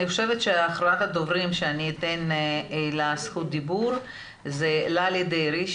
אני חושבת שאחרונת הדוברים שאני אתן לה זכות דיבור זה ללי דרעי,